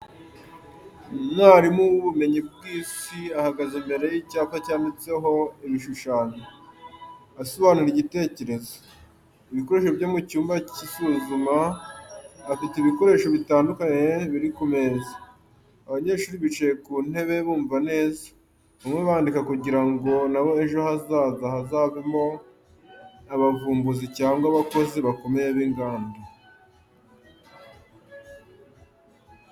Umwarimu w’ubumenyi bw’isi ahagaze imbere y’icyapa cyanditseho ibishushanyo, asobanura igitekerezo, ibikoresho byo mu cyumba cy'isuzuma, afite ibikoresho bitandukanye biri ku meza, abanyeshuri bicaye ku ntebe bumva neza, bamwe bandika kugira na bo ejo hazaza hazavemo abavumbuzi cyangwa abakozi bakomeye b'inganda.